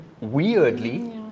weirdly